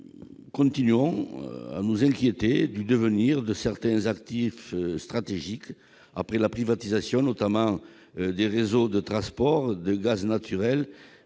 nous continuons à nous inquiéter du devenir de certains actifs stratégiques après la privatisation des réseaux de transport de gaz naturel,